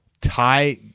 tie